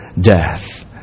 death